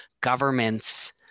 governments